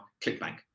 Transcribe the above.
ClickBank